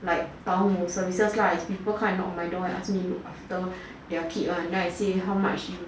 like 保姆 services lah is people come knock my door and ask me look after their kid one then I say how much you